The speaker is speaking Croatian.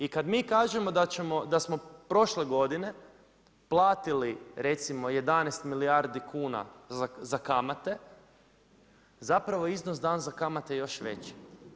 I kad mi kažemo da smo prošle godine platili recimo 11 milijardi kuna za kamate zapravo iznos dan za kamate još veći.